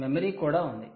memory కూడా ఉంది